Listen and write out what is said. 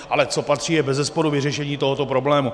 Ale co patří, je bezesporu vyřešení tohoto problému.